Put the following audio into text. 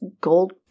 Gold